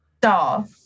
Doll